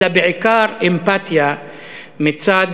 אלא בעיקר לאמפתיה מצד